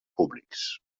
públics